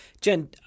Jen